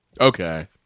Okay